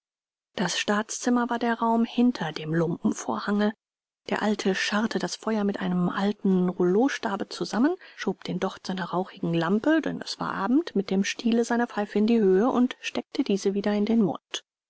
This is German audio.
das staatszimmer war der raum hinter dem lumpenvorhange der alte scharrte das feuer mit einem alten rouleaustabe zusammen schob den docht seiner rauchigen lampe denn es war abend mit dem stiele seiner pfeife in die höhe und steckte diese wieder in den mund